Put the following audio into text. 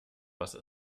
was